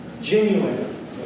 Genuine